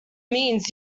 means